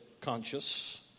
conscious